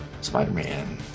Spider-Man